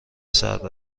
سرد